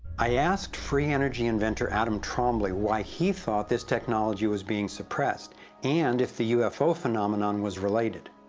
i asked free energy inventor adam trombly, why he thought this technology was being suppressed and if the ufo phenomenon was related.